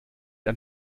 ein